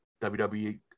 WWE